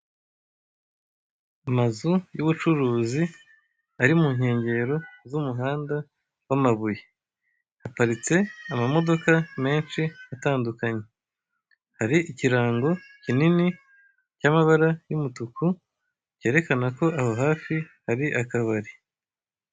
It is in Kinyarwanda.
Amazu y'ubucuruzi, ari mu nkengero z'umuhanda w'amabuye. Haparitse amamodoka menshi atandukanye. Hari ikirango kinini cy'amabara y'umutuku, cyerekana ko aho hafi hari akabari.